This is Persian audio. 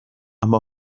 اما